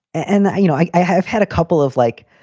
and i you know, i have had a couple of, like,